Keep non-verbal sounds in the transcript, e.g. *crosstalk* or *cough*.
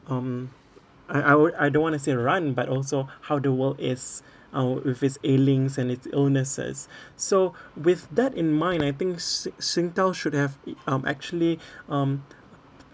um I I would I don't want to say run but also *breath* how the world is *breath* our with its ailing and its illnesses *breath* so with that in mind I think si~ Singtel should have it um actually *breath* um